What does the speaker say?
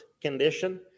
condition